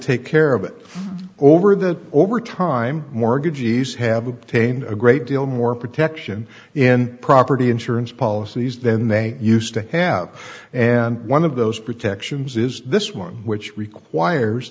take care of it over that over time mortgagees have obtained a great deal more protection in property insurance policies than they used to have and one of those protections is this one which requires